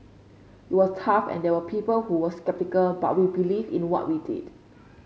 it was tough and there were people who were sceptical but we believed in what we did